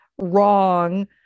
wrong